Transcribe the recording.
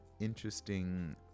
interesting